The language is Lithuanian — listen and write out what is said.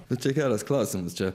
bet tai geras klausimas čia